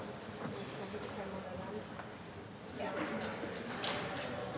Tak